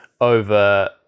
over